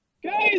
Guys